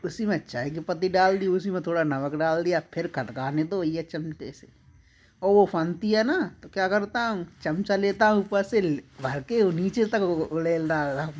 उसी में चाय कि पत्ती डाल दी उसी में थोड़ा नमक डाल दिया फिर खदकाने दो ये चमटे से वो उफनती है ना क्या करता हूँ चमचा लेता हूँ ऊपर से ले भरके नीचे तक उड़ेल डालता हूँ